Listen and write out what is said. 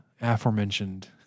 aforementioned